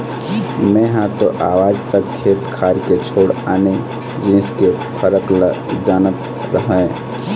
मेंहा तो आज तक खेत खार के छोड़ आने जिनिस के फरक ल जानत रहेंव